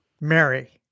Mary